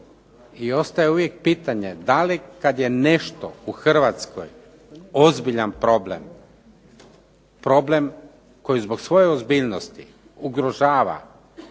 I ostaje uvijek pitanje, da li kada je nešto u Hrvatskoj ozbiljan problem, problem koji zbog svoje ozbiljnosti ugrožava